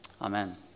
Amen